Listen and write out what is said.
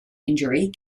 injury